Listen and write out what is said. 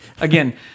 Again